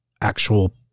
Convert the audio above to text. actual